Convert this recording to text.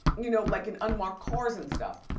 you know like in unmarked cars and stuff.